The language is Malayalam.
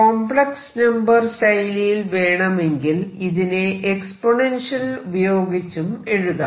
കോംപ്ലക്സ് നമ്പർ ശൈലിയിൽ വേണമെങ്കിൽ ഇതിനെ എക്സ്പൊനെൻഷ്യൽ ഉപയോഗിച്ചും എഴുതാം